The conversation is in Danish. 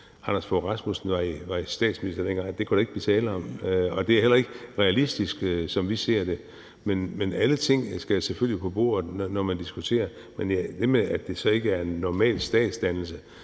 Anders Fogh Rasmussen var statsminister, at det kunne der ikke blive tale om. Og det er heller ikke realistisk, sådan som vi ser det. Alle ting skal selvfølgelig på bordet, når man diskuterer det, men hvis det så ikke er en normal statsdannelse,